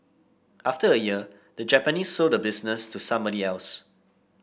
after a year the Japanese sold the business to somebody else